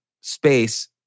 space